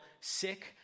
sick